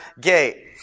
gate